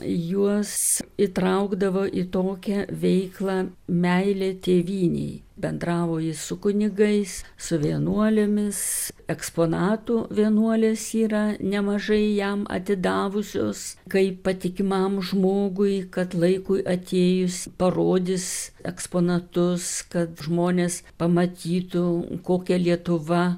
juos įtraukdavo į tokią veiklą meilė tėvynei bendravo jis su kunigais su vienuolėmis eksponatų vienuolės yra nemažai jam atidavusios kaip patikimam žmogui kad laikui atėjus parodys eksponatus kad žmonės pamatytų kokia lietuva